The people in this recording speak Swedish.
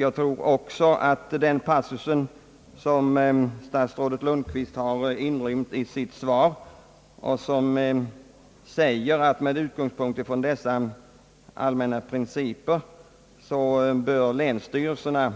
Jag vill också notera den passus som statsrådet Lundkvist har inrymt i sitt svar och som lyder: »Med denna allmänna princip som utgångspunkt bör bestämmelserna ges en utformning som möjliggör för varje länsstyrelse